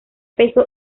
peso